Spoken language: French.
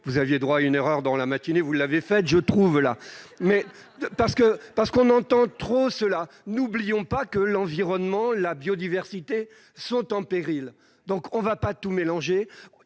Vous aviez droit à une erreur dans la matinée, vous l'avez faite ! On entend trop cela. N'oublions pas que l'environnement et la biodiversité sont en péril ! Il ne faut pas tout mélanger.